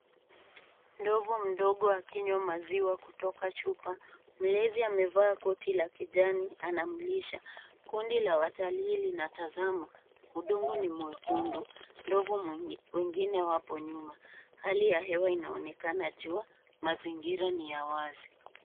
Ndovu mdogo akinywa maziwa kutoka chupa. Mlezi amevaa koti la kijani anamlisha. Kundi la watalii linatazama. Udongo ni mwekundu. Ndovu wengine wapo nyuma. Hali ya hewa inaonekana jua, mazingira ni ya wazi.